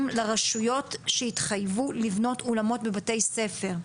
לרשויות שהתחייבו לבנות אולמות בבתי-ספר.